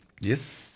Yes